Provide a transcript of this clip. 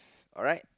alright